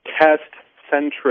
test-centric